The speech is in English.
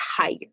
tired